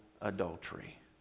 adultery